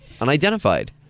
Unidentified